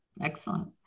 excellent